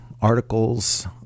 articles